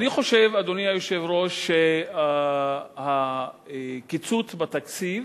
אני חושב, אדוני היושב-ראש, שהקיצוץ בתקציב